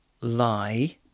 lie